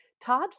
Todd